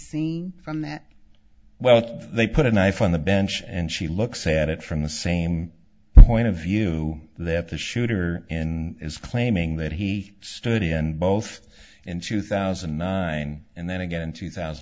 seeing from that well they put a knife on the bench and she looks at it from the same point of view that the shooter in is claiming that he stood in both in two thousand and nine and then again in two thousand